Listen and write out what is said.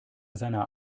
seiner